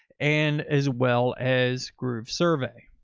and as well as groovesurvey.